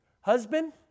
Husband